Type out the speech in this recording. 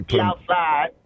outside